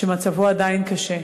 שמצבו עדיין קשה.